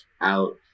out